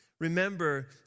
Remember